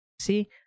See